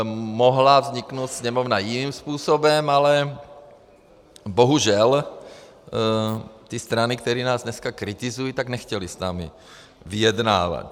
Mohla vzniknout Sněmovna jiným způsobem, ale bohužel ty strany, které nás dneska kritizují, tak nechtěly s námi vyjednávat.